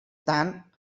than